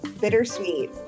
Bittersweet